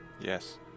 Yes